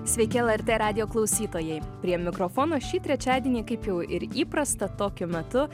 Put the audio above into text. sveiki lrt radijo klausytojai prie mikrofono šį trečiadienį kaip jau ir įprasta tokiu metu